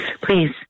please